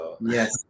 Yes